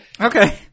Okay